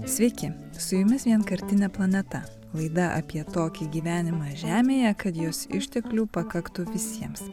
sveiki su jumis vienkartinė planeta laida apie tokį gyvenimą žemėje kad jos išteklių pakaktų visiems